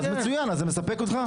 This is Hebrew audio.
אז זה מספק אותך?